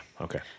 Okay